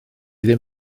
ddim